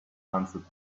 answered